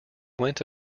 went